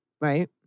right